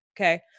Okay